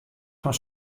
fan